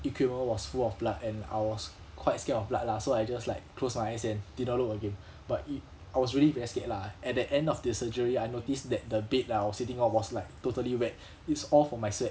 equipment was full of blood and I was quite scared of blood lah so I just like close my eyes and did not look again but i~ I was really very scared lah at the end of the surgery I noticed that the bed that I was sitting on was like totally wet it's all from my sweat